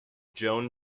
joan